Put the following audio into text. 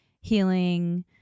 healing